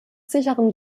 sicheren